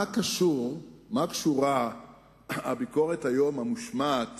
מה קשורה הביקורת המושמעת